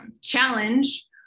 challenge